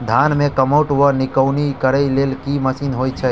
धान मे कमोट वा निकौनी करै लेल केँ मशीन होइ छै?